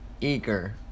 Eager